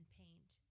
paint